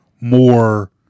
more